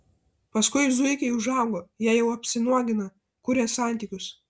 paskui zuikiai užaugo jie jau apsinuogina kuria santykius